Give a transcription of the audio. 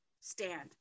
stand